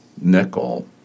nickel